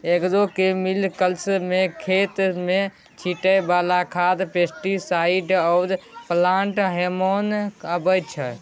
agrochemicals मे खेत मे छीटय बला खाद, पेस्टीसाइड आ प्लांट हार्मोन अबै छै